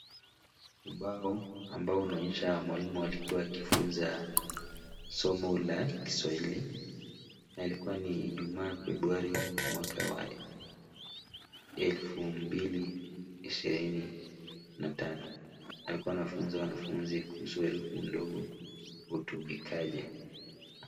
Ubao ambao unaonyesha mwalimu alikuwa akifunza somo la Kiswahili, na ilikuwa ni Ijumaa Februari mwaka wa elfu mbili ishirini na tano. Alikuwa anafunza wanafunzi kuhusu herufi ndogo hutumikaje.